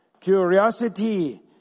curiosity